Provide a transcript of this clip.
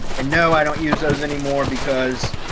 and no, i don't use those anymore, because